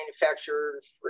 manufacturers